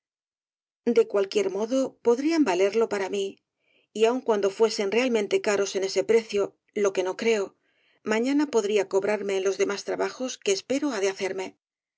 de cualquier modo podrían valerlo para mí y aun cuando fuesen realmente caros en ese precio lo que no creo mañana podría cobrarme en los demás trabajos que espero ha de hacerme